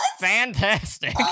fantastic